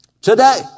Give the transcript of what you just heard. Today